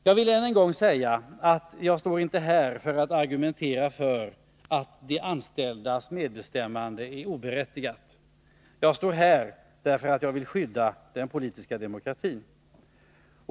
Jag vill än en gång säga att jag inte står här för att argumentera för ståndpunkten att de anställdas medbestämmande är oberättigat. Jag står här därför att jag vill skydda den politiska demokratin.